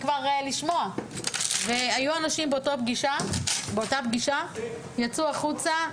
היו אנשים באותה פגישה שיצאו החוצה,